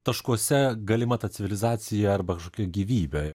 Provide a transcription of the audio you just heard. taškuose galima ta civilizacija arba kažkokia gyvybė